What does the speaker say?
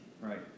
Right